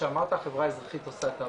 שאמרת החברה האזרחית עושה את העבודה.